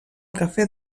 cafè